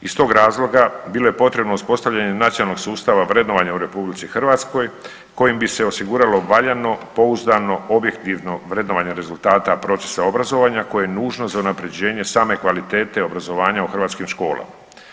Iz tog razloga bilo je potrebno uspostavljanje nacionalnog sustava vrednovanja u RH kojim bi se osiguralo valjano, pouzdano, objektivno vrednovanje rezultata procesa obrazovanja koje je nužno za unapređenje same kvalitete obrazovanja u hrvatskim školama.